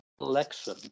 election